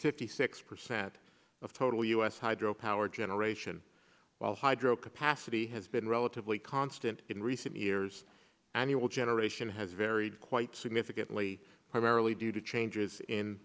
fifty six percent of total u s hide power generation while hydro capacity has been relatively constant in recent years annual generation has varied quite significantly primarily due to changes in